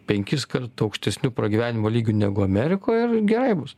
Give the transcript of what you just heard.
penkiskart aukštesniu pragyvenimo lygiu negu amerikoj ir gerai bus